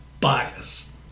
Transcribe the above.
bias